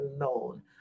alone